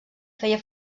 feia